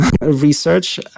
research